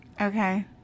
Okay